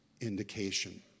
indication